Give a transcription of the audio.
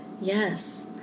Yes